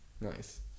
Nice